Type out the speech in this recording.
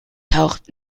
taucht